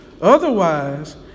Otherwise